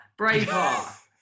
Braveheart